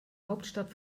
hauptstadt